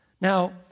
Now